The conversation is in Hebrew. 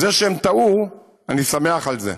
זה שהם טעו, אני שמח על זה.